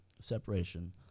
separation